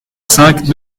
cinq